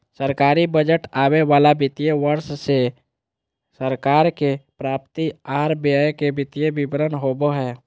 सरकारी बजट आवे वाला वित्तीय वर्ष ले सरकार के प्राप्ति आर व्यय के वित्तीय विवरण होबो हय